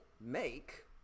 make